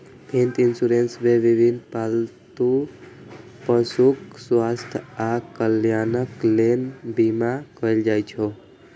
पेट इंश्योरेंस मे विभिन्न पालतू पशुक स्वास्थ्य आ कल्याणक लेल बीमा कैल जाइ छै